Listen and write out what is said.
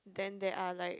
then they are like